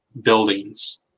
buildings